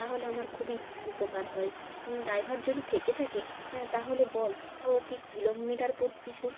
তাহলে আমার খুবই উপকার হয় ড্রাইভার যদি থেকে থাকে তাহলে বল ও কি কিলোমিটার পিছু